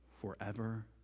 forever